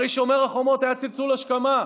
הרי שומר החומות היה צלצול השכמה.